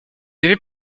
avait